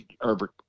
Herbert